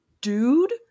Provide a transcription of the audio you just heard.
dude